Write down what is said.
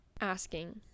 asking